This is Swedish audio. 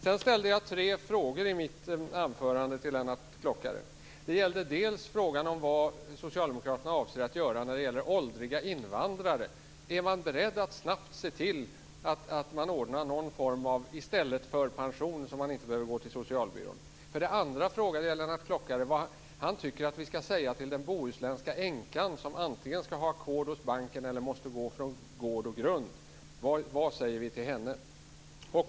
Sedan ställde jag tre frågor i mitt anförande till Lennart Klockare. För det första gällde det frågan om vad Socialdemokraterna avser att göra när det gäller åldriga invandrare. Är ni beredda att snabbt ordna någon form av i-stället-för-pension så att de inte behöver gå till socialbyrån? För det andra frågade jag Lennart Klockare om vad han tycker att vi ska säga till den bohuslänska änkan som antingen ska ha ackord hos banken eller måste gå från gård och grund. Vad säger vi till henne?